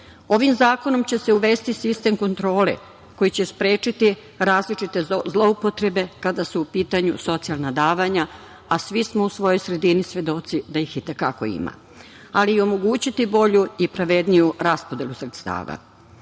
Ovim zakonom će se uvesti sistem kontrole koji će sprečiti različite zloupotrebe kada su u pitanju socijalna davanja, a svi smo u svojoj sredini svedoci da ih je i te kako ima, ali i omogućiti bolju i pravedniju raspodelu sredstava. Svi